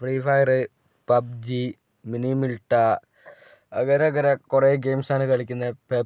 Free Fire PUBG മിനിമിൽട്ട അങ്ങനെ അങ്ങനെ കുറേ ഗെയിംസാണ് കളിക്കുന്നത്